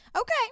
okay